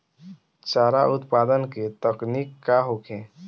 चारा उत्पादन के तकनीक का होखे?